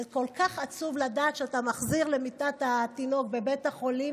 וכל כך עצוב לדעת שאתה מחזיר למיטת התינוק בבית החולים